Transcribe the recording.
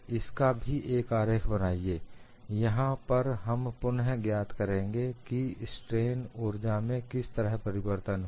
इसका भी एक आरेख बनाइए यहां पर हम पुन ज्ञात करेंगे कि स्ट्रेन ऊर्जा में किस तरह परिवर्तन हुआ